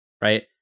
right